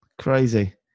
Crazy